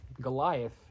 Goliath